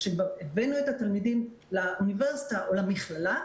כשהבאנו את התלמידים לאוניברסיטה או למכללה,